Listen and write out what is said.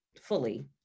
fully